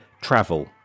travel